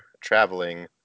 traveling